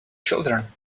children